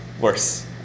Worse